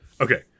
Okay